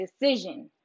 decision